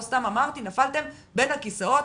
לא סתם אמרתי שנפלתם בין הכיסאות,